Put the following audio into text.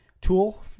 tool